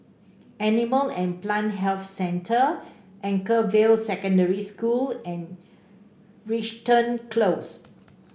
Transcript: Animal and Plant Health Centre Anchorvale Secondary School and Crichton Close